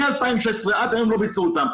מ-2016 עד היום לא ביצעו אותם.